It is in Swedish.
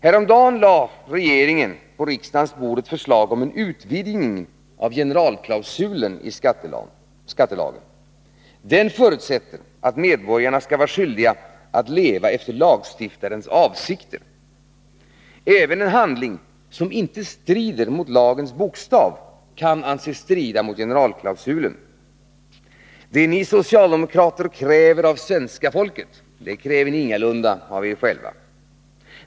Häromdagen lade regeringen på riksdagens bord ett förslag om ett utvidgning av generalklausulen i skattelagen. Den förutsätter att medborgarna skall vara skyldiga att leva efter lagstiftarens avsikter. Även en handling som inte strider mot lagens bokstav kan anses strida mot generalklausulen. Det ni socialdemokrater kräver av det svenska folket, kräver ni ingalunda av er själva.